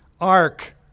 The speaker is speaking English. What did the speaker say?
Ark